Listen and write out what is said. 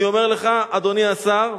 אני אומר לך, אדוני השר.